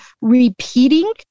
repeating